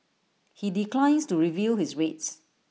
he declines to reveal his rates